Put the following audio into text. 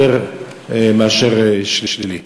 יותר מאשר שלילי.